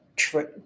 true